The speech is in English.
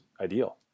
ideal